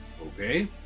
Okay